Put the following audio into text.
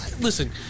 listen